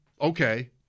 okay